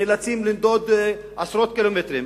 הם נאלצים לנדוד עשרות קילומטרים.